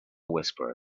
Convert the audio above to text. whisperer